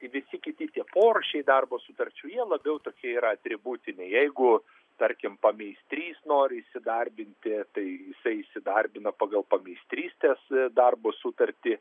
visi kiti tie porūšiai darbo sutarčių jie labiau tokie yra atributiniai jeigu tarkim pameistrys nori įsidarbinti tai jisai įsidarbina pagal pameistrystės darbo sutartį